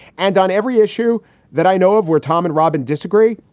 and on every issue that i know of where tom and robin disagree.